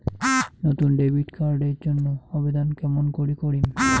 নতুন debit card এর জন্যে আবেদন কেমন করি করিম?